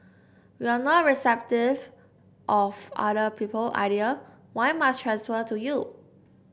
you are not receptive of other people idea why must transfer to you